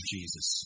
Jesus